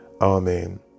Amen